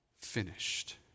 finished